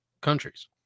countries